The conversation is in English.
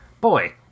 Boy